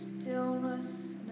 stillness